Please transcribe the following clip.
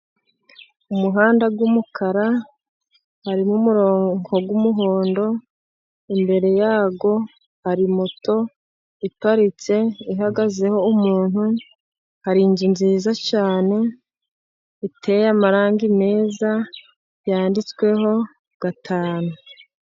Umuhanda w'umukara, harimo umurongo w'umuhondo, imbere y'aho hari moto iparitse ihagazeho umuntu, hari inzu nziza cyane iteye amarangi meza, yanditsweho gatanu.